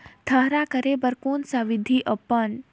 थरहा करे बर कौन सा विधि अपन?